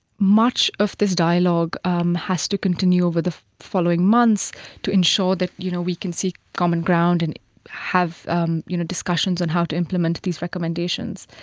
much of this dialogue um has to continue over the following months to ensure that you know we can seek common ground and have um you know discussions on how to implement these recommendations.